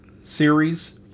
series